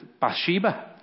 Bathsheba